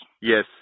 Yes